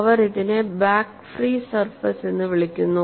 അവർ ഇതിനെ back free surface എന്ന് വിളിക്കുന്നു